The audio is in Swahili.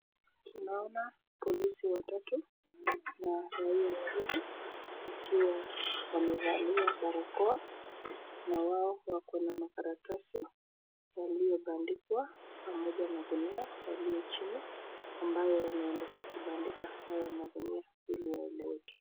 Tunaona polisi watatu na raiyaa wawili wakiwa wamevalia barakoa na wao wako na makaratasi yaliyobandikwa pamoja na gunia yaliyo chini ambayo yanaendelea kubandika haya magunia hili yaeleweke.